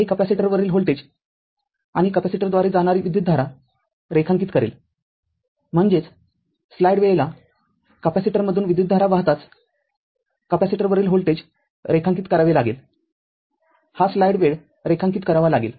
हे कॅपेसिटर वरील व्होल्टेज आणि कॅपेसिटर द्वारे जाणारी विद्युतधारा रेखांकित करेलम्हणजेच स्लाईड वेळेला कॅपेसिटर मधून विद्युतधारा वाह्ताच कॅपेसिटर वरील व्होल्टेज रेखांकित करावे लागेल हा स्लाईड वेळ रेखांकित करावा लागेल